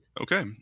Okay